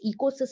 ecosystem